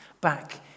back